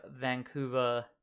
Vancouver